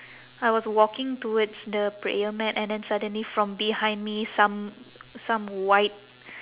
I was walking towards the prayer mat and then suddenly from behind me some some white